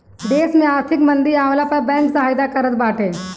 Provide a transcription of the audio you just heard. देस में आर्थिक मंदी आवला पअ बैंक सहायता करत बाटे